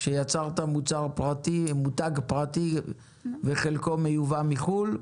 שיצרת מותג פרטי וחלקו מיובא מחו"ל,